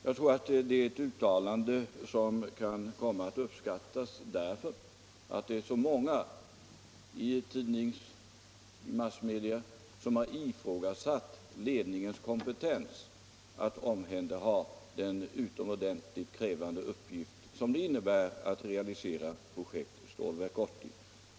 Jag tror det är ett uttalande som kommer att uppskattas därför att det är så många som i massmedia ifrågasatt ledningens kompetens att omhänderha den utomordentligt krävande uppgift som det innebär att realisera projektet Stålverk 80.